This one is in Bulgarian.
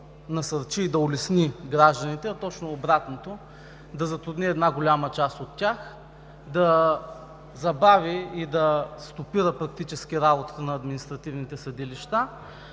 насърчи и да улесни гражданите, а точно обратното – да затрудни една голяма част от тях, да забави и да стопира практически работата на административните съдилища,